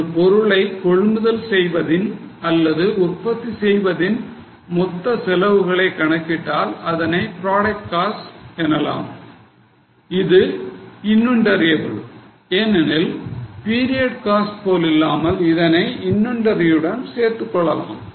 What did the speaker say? ஒரு பொருளை கொள்முதல் செய்வதின் அல்லது உற்பத்தி செய்வதின் மொத்த செலவுகளை கணக்கிட்டால் அதனை product cost எனலாம் இது inventoriable ஏனெனில் period cost போலில்லாமல் இதனை inventory யுடன் சேர்த்துக் கொள்ளலாம்